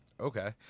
okay